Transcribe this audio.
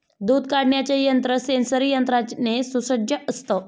दूध काढण्याचे यंत्र सेंसरी यंत्राने सुसज्ज असतं